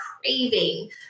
craving